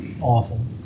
awful